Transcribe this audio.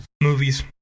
movies